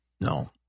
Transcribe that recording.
No